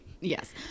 Yes